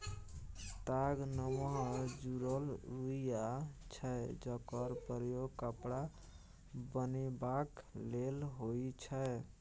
ताग नमहर जुरल रुइया छै जकर प्रयोग कपड़ा बनेबाक लेल होइ छै